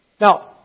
now